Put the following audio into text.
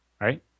right